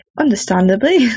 Understandably